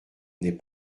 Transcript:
n’est